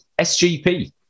SGP